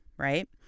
right